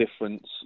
difference